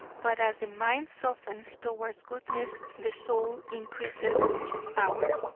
but as the mind softens towards goodness the soul increases its power.